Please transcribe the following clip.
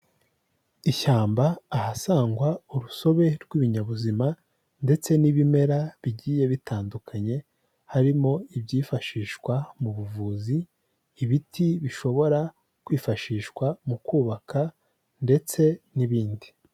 Ishyamba ahasangwa urusobe rw'ibinyabuzima ndetse n'ibimera bigiye bitandukanye, harimo ibyifashishwa mu buvuzi, ibiti bishobora kwifashishwa mu kubaka ndetse n'ibindi.